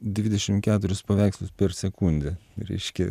dvidešim keturis paveikslus per sekundę reiškia